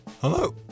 Hello